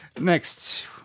Next